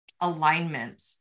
alignment